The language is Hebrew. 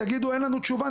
תגידו: אין לנו תשובה,